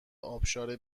ابشار